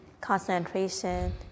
concentration